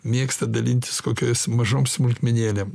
mėgsta dalintis kokiois mažom smulkmenėlėm